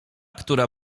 która